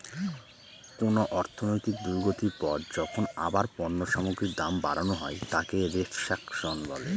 কোন অর্থনৈতিক দুর্গতির পর যখন আবার পণ্য সামগ্রীর দাম বাড়ানো হয় তাকে রেফ্ল্যাশন বলে